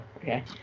Okay